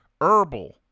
herbal